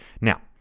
Now